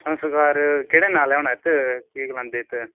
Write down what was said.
संस्कार केह्ड़े नाले होना केह् गलांदे इत्त